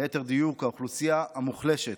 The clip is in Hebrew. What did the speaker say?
ליתר דיוק, האוכלוסייה המוחלשת,